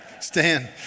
Stand